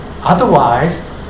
Otherwise